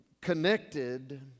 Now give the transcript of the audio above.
connected